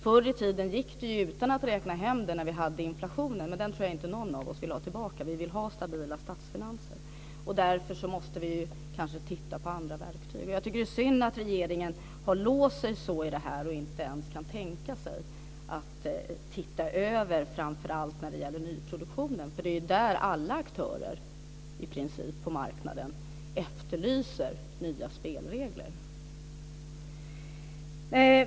Förr i tiden gick det utan att räkna hem det, när vi hade inflationen. Den tror jag dock inte att någon av oss vill ha tillbaka. Vi vill ha stabila statsfinanser. Därför måste vi kanske titta på andra verktyg. Jag tycker att det är synd att regeringen har låst sig så i det här och inte ens kan tänka sig att titta över framför allt nyproduktionen. Det är ju där i princip alla aktörer på marknaden efterlyser nya spelregler.